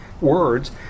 words